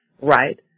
right